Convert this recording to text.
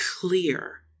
clear